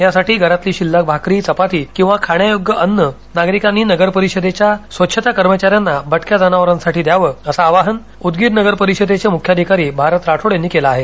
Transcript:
यासाठी घरातली शिल्लक भाकरी चपाती किंवा खाण्यायोग्य अन्न नागरिकांनी नगर परिषदेच्या स्वच्छता कर्मचाऱ्याना भटक्या जनावरांसाठी द्याव असं आवाहन उदगीर नगर परिषदेचे मुख्याधिकारी भारत राठोड यांनी केलं आहे